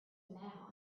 now